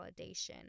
validation